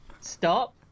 Stop